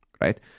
right